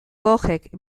goghek